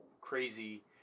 crazy